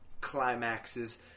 climaxes